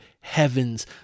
heavens